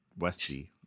Westie